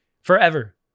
forever